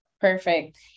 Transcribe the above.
Perfect